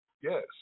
Yes